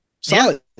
solid